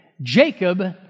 Jacob